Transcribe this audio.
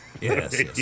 Yes